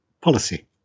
policy